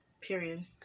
Period